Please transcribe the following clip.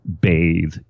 bathe